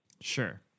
Sure